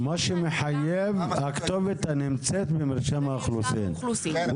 מה שמחייב זה הכתובת שנמצאת במרשם האוכלוסין.